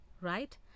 right